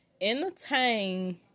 Entertain